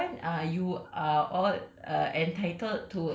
like okay at twenty one you are all